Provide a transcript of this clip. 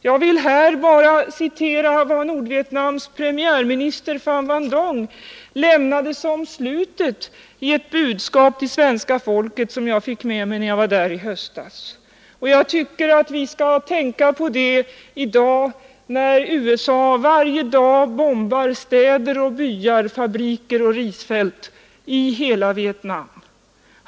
Jag vill här bara citera vad Nordvietnams premiärminister Pham Van Dong sade som slutet av ett budskap till svenska folket, som jag fick med mig när jag var där i höstas. Jag tycker att vi skall tänka på de orden nu, när USA varje dag bombar städer och byar, fabriker och risfält, i hela Vietnam.